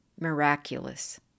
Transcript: miraculous